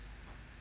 ya